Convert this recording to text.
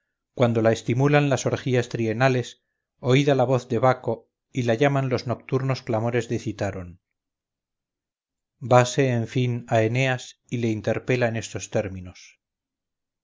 cuando la estimulan las orgías trienales oída la voz de baco y la llaman los nocturnos clamores de citaron vase en fin a eneas y le interpela en estos términos